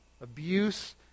abuse